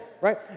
right